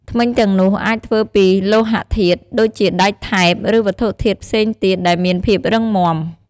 ធ្មេញទាំងនោះអាចធ្វើពីលោហធាតុ ដូចជាដែកថែប ឬវត្ថុធាតុផ្សេងទៀតដែលមានភាពរឹងមាំ។